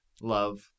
love